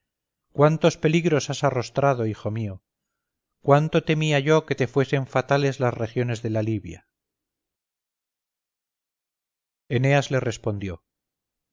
cuántos peligros has arrostrado hijo mío cuánto temía yo que te fuesen fatales las regiones de la libia eneas le respondió